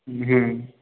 जी